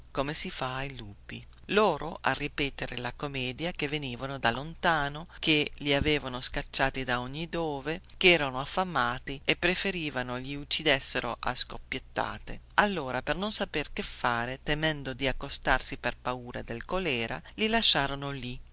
come si fa ai lupi loro a ripeter la commedia che venivano da lontano che li avevano scacciati da ogni dove che erano affamati e preferivano gli uccidessero lì a schioppettate allora per non saper che fare temendo di accostarsi per paura del colèra e lasciarono lì